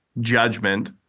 judgment